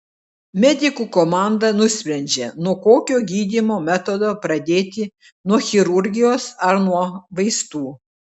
medikų komanda nusprendžia nuo kokio gydymo metodo pradėti nuo chirurgijos ar nuo vaistų